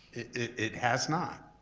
it has not,